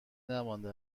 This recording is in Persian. نمانده